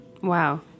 Wow